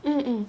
mmhmm